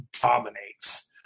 dominates